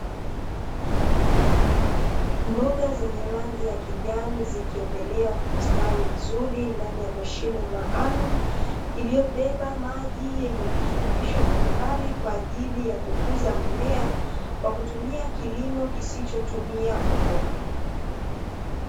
Mboga zenye rangi ya kijani, zikendelea kustawi vizuri ndani ya mashine maalumu, iliyobeba maji yenye virutubisho mbalimbali kwa ajili ya kukuza mimea, kwa kutumia kilimo kisichotumia udongo.